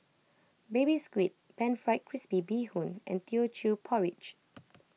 Baby Squid Pan Fried Crispy Bee Hoon and Teochew Porridge